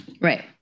Right